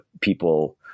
people